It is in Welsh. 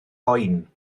oen